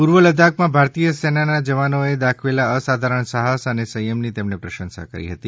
પૂર્વ લદ્દાખમાં ભારતીય સેનાના જવાનોએ દાખવેલા અસાધારણ સાહસ અને સંયમની તેમણે પ્રશંસા કરી હતી